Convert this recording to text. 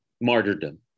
martyrdom